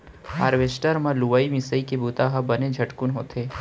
harvester म लुवई मिंसइ के बुंता ह बने झटकुन होथे